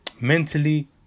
mentally